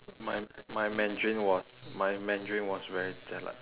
my my mandarin was my mandarin was very jialat